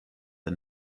the